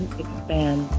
expand